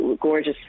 gorgeous